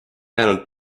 jäänud